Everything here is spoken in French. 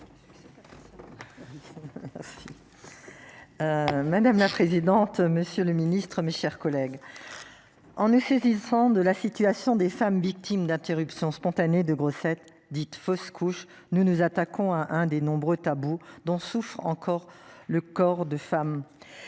Madame la présidente. Monsieur le Ministre, mes chers collègues. En est saisissant de la situation des femmes victimes d'interruptions spontanées de grossesse dite fausse couche. Nous nous attaquons à un des nombreux tabous dont souffrent encore. Le corps de femme.